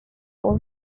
for